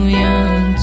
young